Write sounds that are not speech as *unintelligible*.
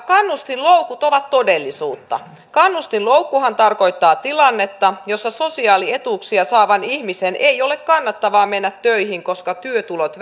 kannustinloukut ovat todellisuutta kannustinloukkuhan tarkoittaa tilannetta jossa sosiaalietuuksia saavan ihmisen ei ole kannattavaa mennä töihin koska työtulot *unintelligible*